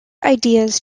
ideas